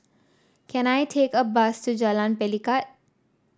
can I take a bus to Jalan Pelikat